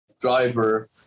driver